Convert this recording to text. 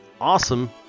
awesome